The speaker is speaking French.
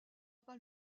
pas